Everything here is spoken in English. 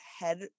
head